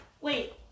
Wait